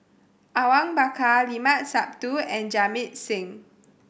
Awang Bakar Limat Sabtu and Jamit Singh